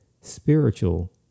spiritual